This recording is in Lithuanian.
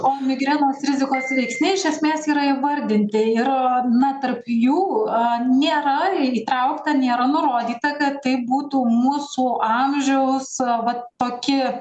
o migrenos rizikos veiksniai iš esmės yra įvardinti ir na tarp jų nėra įtraukta nėra nurodyta kad tai būtų mūsų amžiaus vat tokie